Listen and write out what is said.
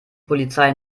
polizei